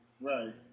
Right